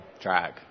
drag